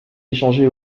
échangé